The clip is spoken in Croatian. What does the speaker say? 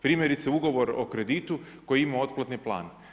Primjerice ugovor o kreditu koji ima otplatni plan.